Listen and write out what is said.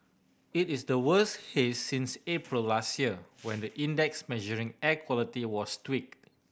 it is the worse haze since April last year when the index measuring air quality was tweaked